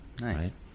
Nice